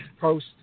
post